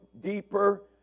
deeper